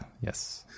Yes